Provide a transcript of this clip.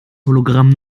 hologramm